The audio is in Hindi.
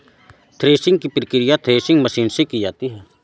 थ्रेशिंग की प्रकिया थ्रेशिंग मशीन से की जाती है